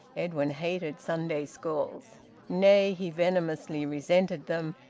edwin hated sunday schools nay, he venomously resented them,